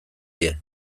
die